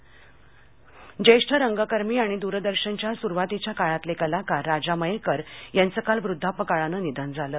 निधन राजा मयेकर ज्येष्ठ रंगकर्मी आणि द्रदर्शनच्या सुरुवातीच्या काळातले कलाकार राजा मयेकर यांचं काल वृद्धापकाळानं निधन झालं